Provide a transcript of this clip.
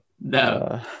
no